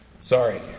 Sorry